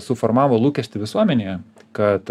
suformavo lūkestį visuomenėje kad